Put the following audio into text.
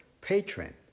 Patron